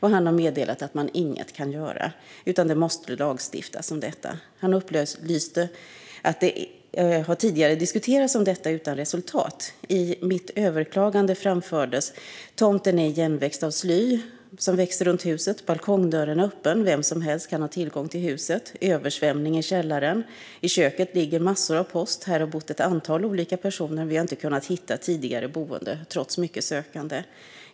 Han har meddelat att man inget kan göra, utan det måste lagstiftas om detta. Han upplyste om att det tidigare har diskuterats om detta utan resultat. I mitt överklagande framfördes att tomten är igenväxt av sly som växer runt huset. Balkongdörren är öppen - vem som helst kan ha tillgång till huset. Det är översvämning i källaren. I köket ligger massor av post. Här har bott ett antal olika personer, men vi har inte kunnat hitta tidigare boende trots mycket sökande.